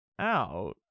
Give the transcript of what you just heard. out